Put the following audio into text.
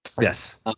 Yes